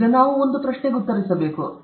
ಈಗ ನಾವು ಒಂದು ಪ್ರಶ್ನೆಗೆ ಉತ್ತರಿಸಬೇಕು ಇಲ್ಲವೇ